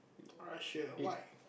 why